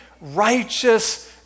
righteous